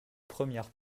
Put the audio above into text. premières